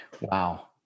Wow